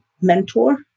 mentor